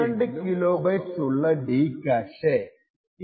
ഉദാഹരണത്തിന് 32 കിലോബൈറ്റ്സ് ഉള്ള D cache D cache